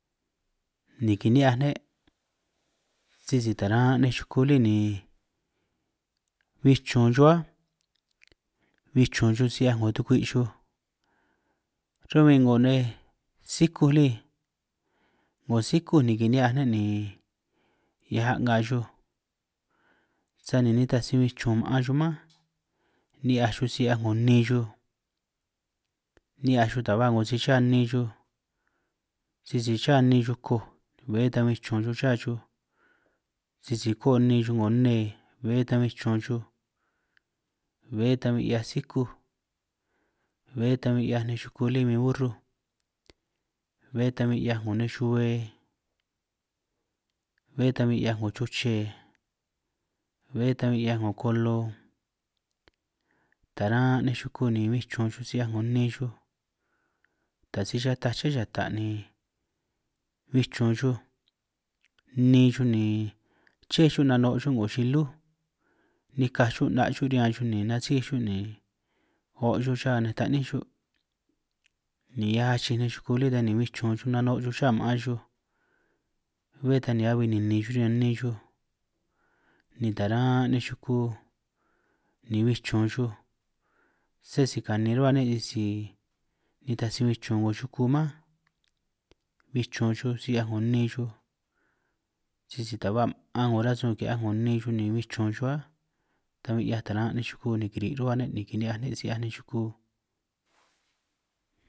Ni kini'hiaj ne' sisi taran' nej chuku lí ni bin chun chuj áj, bi chun chuj si 'hiaj 'ngo tubi' chuj, run' bin 'ngo nej sikúj lí 'ngo sikúj ni kini'hiaj ne' ni hiaj a'nka chuj sani nitaj si bin chun ma'an chuj mánj, ni'hiaj chuj si 'hiaj 'ngo nni chuj ni'hiaj chuj ta ba si cha nni chuj, sisi cha nni koj bé tan bin chun cha chuj, sisi ko'o nni 'ngo nne bé ta bin chun chuj bé ta bin 'hiaj sikúj, bé ta bin 'hiaj nej chuku lí bin urrúj bé ta bin 'hiaj 'ngo nej chube bé ta' bin 'hiaj ngo chuche, bé tan bin 'ngo kolo, taran' nej chuku ni bin chun si 'hiaj 'ngo nni chuj, taj si chataj aché yata' ni bin chun chuj nni chuj ni ché chu' nano' chu' 'ngo chilú nikaj chu' 'na' riñan chuj ni nasij chu' ni o' chu' cha nej taní chu' ni achij nej chuku lí tan ni nano' chuj na'bi chuj cha ma'an chuj bé tan bin ni a'bi ninin chuj riñan nni chuj ni taran nej chuku ni bin chun chuj se si kani chuhua ne' sisi nitaj si bin chun 'ngo chuku mánj, bin chun si 'hiaj 'ngo nni chuj sisi taj ba ma'an 'ngo rasun ki'hiaj 'ngo nni chuj ni bin chun chuj áj ta bin 'hia taran' nej chuku ni kiri' ruhua ne' ni kini'hiaj ne' si 'hiaj nej chuku.